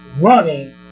running